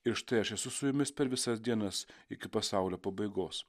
ir štai aš esu su jumis per visas dienas iki pasaulio pabaigos